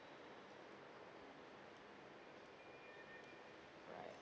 right